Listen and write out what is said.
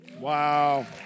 Wow